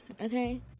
okay